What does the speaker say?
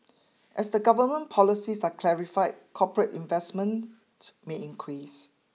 as the government policies are clarified corporate investment may increase